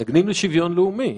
--- מתנגדים לשוויון לאומי.